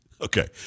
Okay